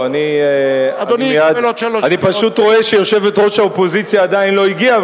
אני פשוט רואה שיושבת-ראש האופוזיציה עדיין לא הגיעה,